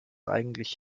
eigentlich